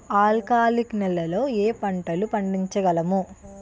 ఆల్కాలిక్ నెలలో ఏ పంటలు పండించగలము?